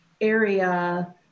area